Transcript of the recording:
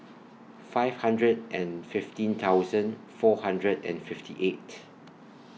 five hundred and fifteen thousand four hundred and fifty eight